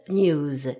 news